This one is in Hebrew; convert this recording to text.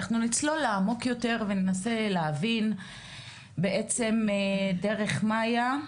אנחנו נצלול לעמוק יותר וננסה להבין דרך מאיה.